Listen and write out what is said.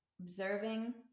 observing